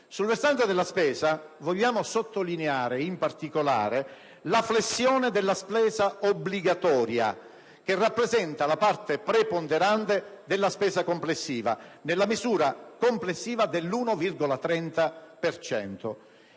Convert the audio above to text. Sul versante della spesa, vogliamo sottolineare in particolare la flessione della spesa obbligatoria, che rappresenta la parte preponderante della spesa complessiva, nella misura complessiva dell'1,30